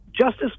Justice